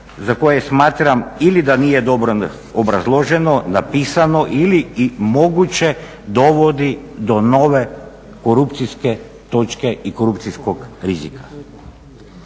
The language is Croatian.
za koje smatram ili da nije dobro obrazloženo, napisano ili i moguće dovodi do nove korupcijske točke i korupcijskog rizika.